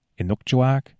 Inukjuak